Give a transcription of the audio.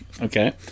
okay